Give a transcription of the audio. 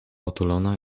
otulona